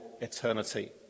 eternity